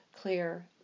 clear